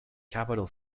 capital